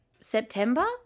September